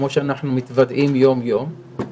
כמו שאנחנו מתוודעים יום יום,